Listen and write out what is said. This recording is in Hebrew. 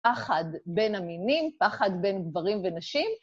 פחד בין המינים, פחד בין גברים ונשים.